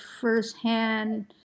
firsthand